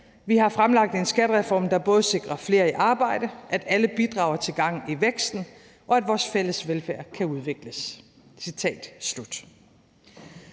Vi har fremlagt en skattereform, der både sikrer flere i arbejde, at alle bidrager til gang i væksten, og at vores fælles velfærd kan udvikles.